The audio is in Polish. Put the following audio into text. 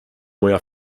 moja